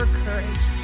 courage